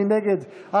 מי נגד?